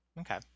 Okay